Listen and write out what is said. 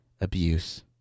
Abuse